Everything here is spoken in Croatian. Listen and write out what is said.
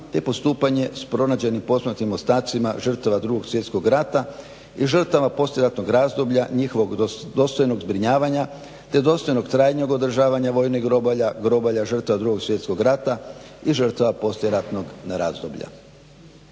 te postupanje s pronađenim posmrtnim ostacima žrtava 2.svjetskog rata i žrtava poslijeratnog razdoblja njihovog dostojnog zbrinjavanja te dostojnog trajnog održavanja vojnih grobalja, grobalja žrtava 2.svjetkog rata i žrtava poslijeratnog razdoblja.